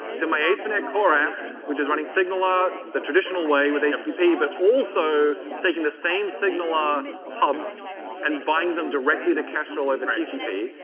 my core app, which is running signaler the traditional way with http, but also taking the same signaler hubs and bind them directly to kestrel over tcp.